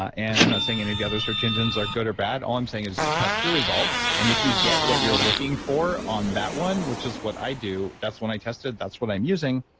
and i'm not saying any of the other search engines are good or bad, all i'm saying is test your results, and if you get what you're looking for on that one, which is what i do, that's when i tested it, that's what i'm using,